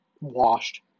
washed